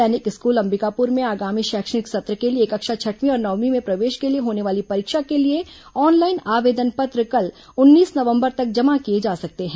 सैनिक स्कूल अंबिकाप्र में आगामी शैक्षणिक सत्र के लिए कक्षा छठवीं और नवमीं में प्रवेश के लिए होने वाली परीक्षा के लिए ऑनलाइन आवेदन पत्र कल उन्नीस नवंबर तक जमा किए जा सकते हैं